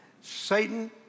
Satan